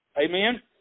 Amen